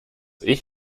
ich